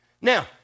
Now